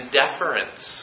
deference